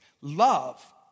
Love